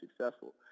successful